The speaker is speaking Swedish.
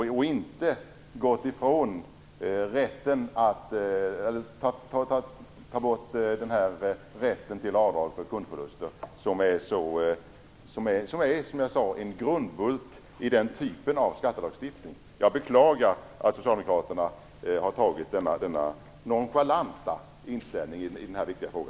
Ni borde inte ha tagit bort rätten till avdrag för kundförluster som är en grundbult i denna typ av skattelagstiftning, som jag tidigare sade. Jag beklagar att ni socialdemokrater har intagit en så nonchalant hållning i denna viktiga fråga.